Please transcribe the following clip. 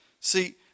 See